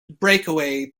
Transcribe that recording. breakaway